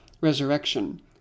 resurrection